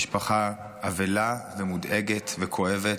משפחה אבלה ומודאגת וכואבת,